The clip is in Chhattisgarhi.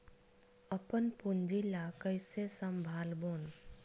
अपन पूंजी ला कइसे संभालबोन?